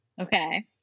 okay